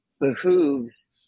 behooves